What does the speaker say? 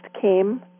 came